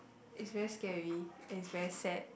it's very scary it's very sad